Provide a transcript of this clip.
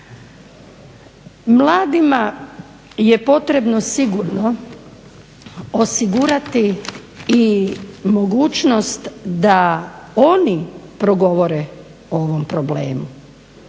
Mladima je potrebno sigurno osigurati i mogućnost da oni progovore o ovom problemu,